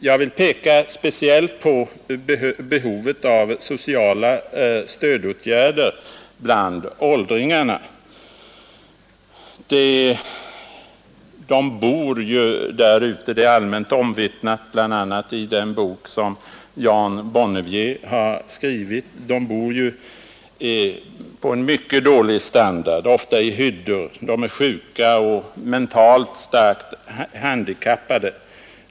Jag vill också peka speciellt på behovet av sociala stödåtgärder bland åldringarna. Det är allmänt omvittnat — bl.a. i den bok som Jan Bonnevier har skrivit — att de lever på en mycket låg standard, ofta i hyddor. De är sjuka och mentalt svårt handikappade.